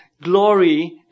Glory